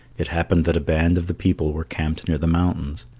it happened that a band of the people were camped near the mountains.